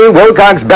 Wilcox